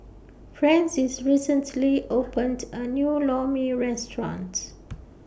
Francis recently opened A New Lor Mee restaurants